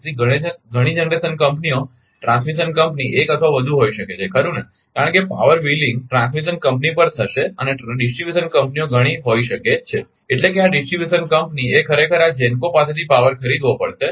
તેથી ઘણી જનરેશન કંપનીઓ ટ્રાન્સમિશન કંપની 1 અથવા વધુ હોઈ શકે છે ખરુ ને કારણ કે પાવર વ્હીલિંગ ટ્રાન્સમિશન કંપની પર થશે અને ડિસ્ટ્રિબ્યુશન કંપનીઓ ઘણી હોઈ શકે છે એટલે કે આ ડિસ્ટ્રીબ્યુશન કંપનીએ ખરેખર આ GENCO પાસેથી પાવર ખરીદવો પડશે